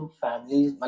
families